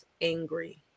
angry